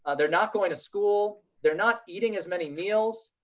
ah they're not going to school, they're not eating as many meals,